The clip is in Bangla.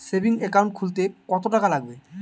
সেভিংস একাউন্ট খুলতে কতটাকা লাগবে?